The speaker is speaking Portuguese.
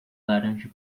laranja